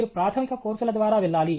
మీరు ప్రాథమిక కోర్సుల ద్వారా వెళ్ళాలి